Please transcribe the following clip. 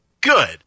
Good